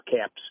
caps